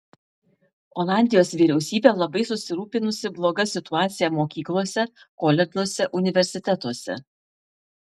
olandijos vyriausybė labai susirūpinusi bloga situacija mokyklose koledžuose universitetuose